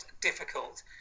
difficult